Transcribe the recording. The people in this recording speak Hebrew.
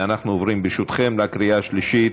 ואנחנו עוברים, ברשותכם, לקריאה השלישית.